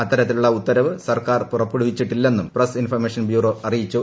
അത്തരത്തിലുളള ഉത്തരവ് സർക്കാർ പുറപ്പെടുവിച്ചിട്ടില്ലെന്നും പ്രസ്സ് ഇൻഫർമേഷൻ ബ്യൂറോ അറിയിച്ചു